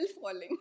falling